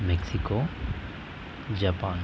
Mexico Japan